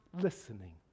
listening